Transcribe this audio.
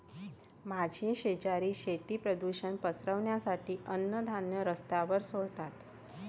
माझे शेजारी शेती प्रदूषण पसरवण्यासाठी अन्नधान्य रस्त्यावर सोडतात